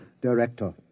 director